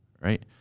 right